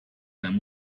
them